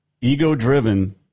Ego-driven